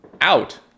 out